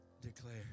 declare